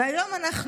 והיום אנחנו